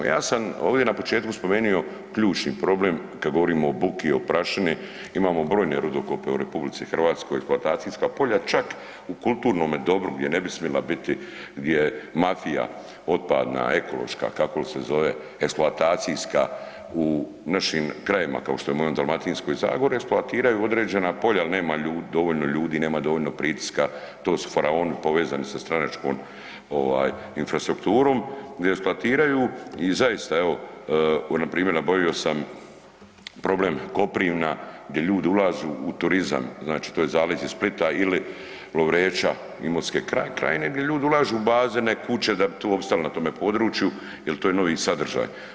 Ja sam ovdje na početku spomenuo ključni problem kad govorimo o buki o prašini, imamo brojne rudokope u RH, eksploatacijska polja, čak u kulturnome dobru gdje ne bi smila biti, gdje je mafija otpadna, ekološka, kako li se zove, eksploatacijska, u našim krajevima kao što je u mojoj Dalmatinskoj zagori, eksploatiraju određena polja jel nema dovoljno ljudi, nema dovoljno pritiska, to su faraoni povezani sa stranačkom ovaj infrastrukturom, gdje eksploatiraju i zaista evo npr. nabavio sam problem Koprivna gdje ljudi ulažu u turizam, znači to je zaleđe Splita ili Lovreča, Imotske krajine, gdje ljudi ulažu u bazene, kuće da bi tu opstali na tome području jel to je novi sadržaj.